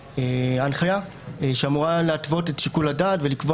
ההנחיה אמורה להתוות את שיקול הדעת ולקבוע